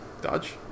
dodge